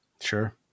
sure